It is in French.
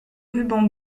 rubans